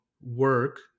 work